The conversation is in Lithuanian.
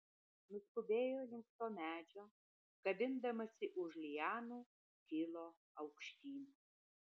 nuskubėjo link to medžio kabindamasi už lianų kilo aukštyn